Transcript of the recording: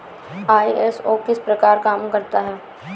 ISO किस प्रकार काम करता है